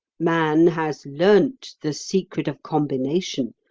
man has learnt the secret of combination,